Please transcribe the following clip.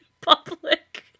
Public